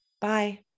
Bye